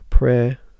Prayer